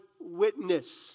witness